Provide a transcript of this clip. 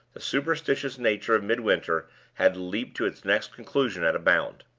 the superstitious nature of midwinter had leaped to its next conclusion at a bound.